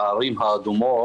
לערים האדומות,